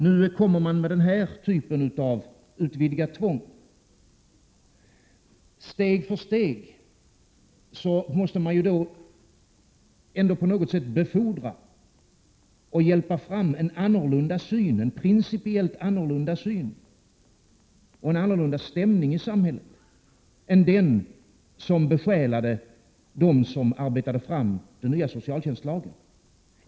Nu kommer man med den här typen av utvidgat tvång. Steg för steg måste man ju ändå på något sätt hjälpa fram en principiellt annorlunda syn — och annorlunda stämning — i samhället än vad som besjälade dem som arbetade fram den nya socialtjänstlagen.